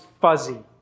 fuzzy